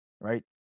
right